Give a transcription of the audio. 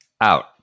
Out